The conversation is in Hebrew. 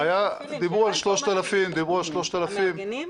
אתם מפעילים --- דיברו על 3,000. המארגנים?